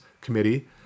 committee